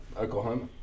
Oklahoma